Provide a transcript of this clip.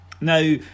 Now